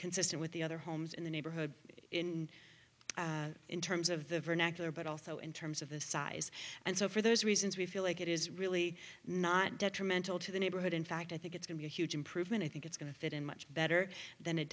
consistent with the other homes in the neighborhood in terms of the vernacular but also in terms of the size and so for those reasons we feel like it is really not detrimental to the neighborhood in fact i think it's going to be huge improvement i think it's going to fit in much better than it